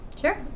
Sure